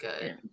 good